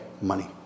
money